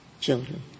children